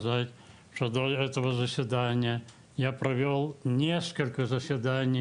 (דבריו מתורגמים סימולטנית מרוסית לעברית ע"י שלומית